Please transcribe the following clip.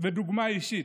ודוגמה אישית.